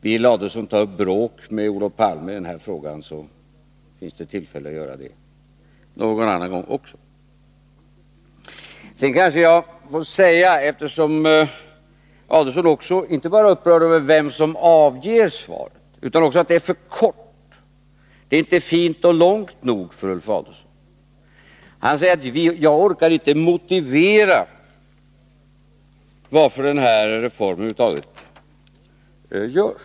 Vill Ulf Adelsohn ta upp bråk med Olof Palme i den här frågan, finns det nog tillfälle därtill någon annan gång i stället. Ulf Adelsohn är inte bara upprörd över vem det är som avger svaret utan också över att detta är för kort — det är inte fint och långt nog för Ulf Adelsohn. Han säger att jag inte orkar motivera varför den här reformen över huvud taget genomförs.